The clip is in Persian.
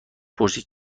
پرسید